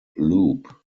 loop